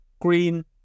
green